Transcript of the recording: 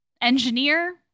engineer